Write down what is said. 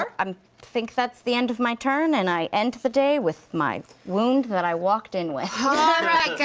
i um think that's the end of my turn and i end the day with my wound that i walked in with. alright, guys.